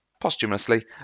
posthumously